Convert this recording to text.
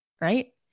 right